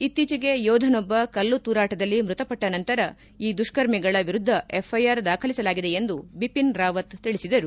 ಇತ್ತೀಚೆಗೆ ಯೋಧನೊಬ್ಬ ಕಲ್ಲುತೂರಾಟದಲ್ಲಿ ಮೃತಪಟ್ಟ ನಂತರ ಈ ದುಷ್ಕರ್ಮಿಗಳ ವಿರುದ್ದ ಎಫ್ಐಆರ್ ದಾಖಲಿಸಲಾಗಿದೆ ಎಂದು ಬಿಪಿನ್ ರಾವತ್ ತಿಳಿಸಿದರು